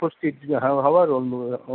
উপস্থিত হ্যাঁ ভাবা